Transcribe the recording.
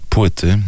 płyty